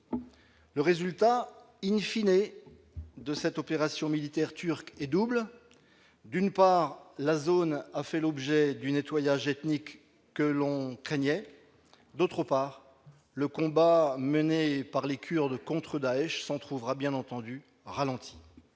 Le résultat,, de cette opération militaire turque est double : d'une part, la zone a fait l'objet du nettoyage ethnique que l'on craignait ; d'autre part, le combat mené par les Kurdes contre Daech s'en trouvera, bien entendu, ralenti.